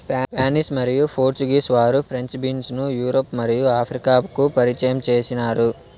Spanish మరియు Portuguese వారు French beans ను యూరప్ మరియు ఆఫ్రికాకు పరిచయం చేసినారు